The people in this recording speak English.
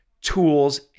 tools